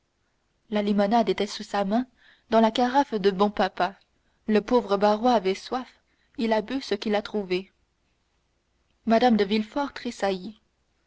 la limonade était là sous sa main dans la carafe de bon papa le pauvre barrois avait soif il a bu ce qu'il a trouvé mme de